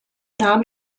nahm